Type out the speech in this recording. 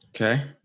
Okay